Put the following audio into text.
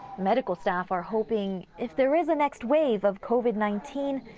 medical staff are hoping, if there is a next wave of covid nineteen,